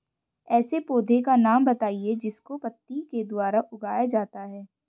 ऐसे पौधे का नाम बताइए जिसको पत्ती के द्वारा उगाया जाता है